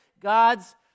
God's